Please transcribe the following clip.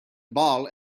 ball